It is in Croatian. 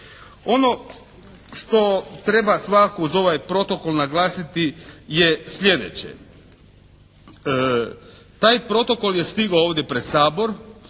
Ono što treba svakako uz ovaj Protokol naglasiti je sljedeće. Taj Protokol je stigao ovdje pred Sabor.